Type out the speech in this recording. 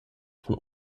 von